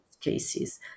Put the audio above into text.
cases